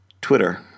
Twitter